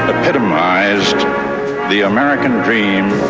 epitomised the american dream